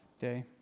day